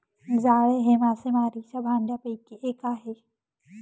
जाळे हे मासेमारीच्या भांडयापैकी एक आहे